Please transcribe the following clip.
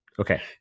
okay